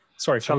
Sorry